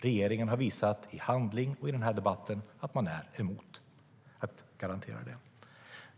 Regeringen har i handling och i den här debatten visat att man är emot att garantera det.